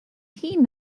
hŷn